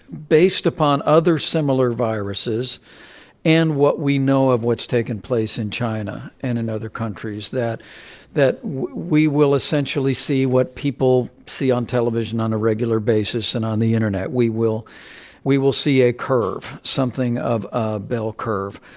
based upon other similar viruses and what we know of what's taken place in china and in and other countries, that that we will essentially see what people see on television on a regular basis and on the internet. we will we will see a curve something of a bell curve.